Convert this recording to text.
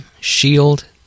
shield